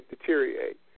deteriorate